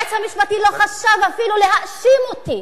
היועץ המשפטי לא חשב אפילו להאשים אותי